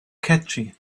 catchy